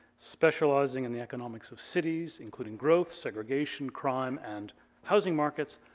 specializing in the economics of cities, including growth, segregation, crime and housing markets,